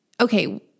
okay